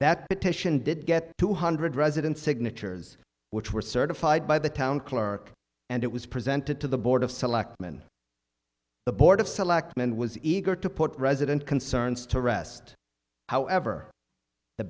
that petition did get two hundred residents signatures which were certified by the town clerk and it was presented to the board of selectmen the board of selectmen was eager to put resident concerns to rest however the